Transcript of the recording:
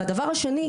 הדבר השני,